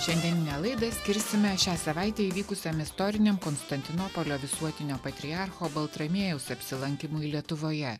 šiandieninę laidą skirsime šią savaitę įvykusiam istoriniam konstantinopolio visuotinio patriarcho baltramiejaus apsilankymui lietuvoje